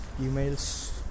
emails